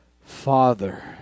Father